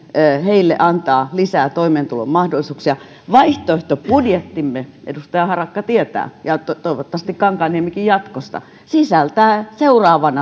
heille antaa lisää toimeentulon mahdollisuuksia vaihtoehtobudjettimme edustaja harakka tietää ja toivottavasti kankaanniemikin jatkossa sisältää seuraavan